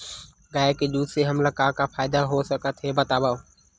गाय के दूध से हमला का का फ़ायदा हो सकत हे बतावव?